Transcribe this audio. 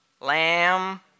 Lamb